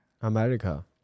America